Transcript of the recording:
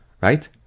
right